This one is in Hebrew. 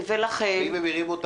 ואם הם הרימו את היד או לא.